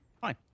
Fine